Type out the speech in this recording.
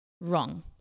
Wrong